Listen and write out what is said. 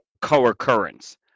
co-occurrence